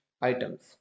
items